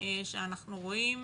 שאנחנו רואים